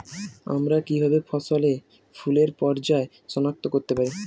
আমরা কিভাবে ফসলে ফুলের পর্যায় সনাক্ত করতে পারি?